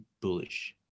bullish